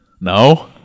No